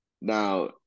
Now